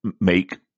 make –